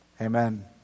Amen